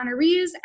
honorees